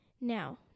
now